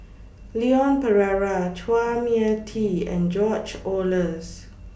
Leon Perera Chua Mia Tee and George Oehlers